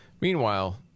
Meanwhile